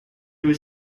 was